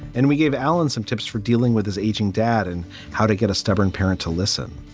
and we gave alan some tips for dealing with his aging dad and how to get a stubborn parent to listen.